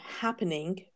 happening